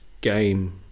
game